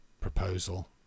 proposal